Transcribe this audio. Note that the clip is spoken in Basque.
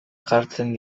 jartzen